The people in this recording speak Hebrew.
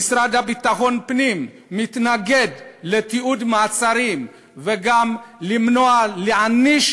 המשרד לביטחון פנים מתנגד לתיעוד מעצרים וגם נמנע מלהעניש